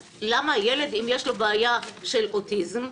אם יש לילד בעיה של אוטיזם,